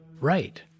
Right